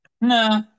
No